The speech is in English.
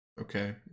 okay